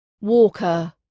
Walker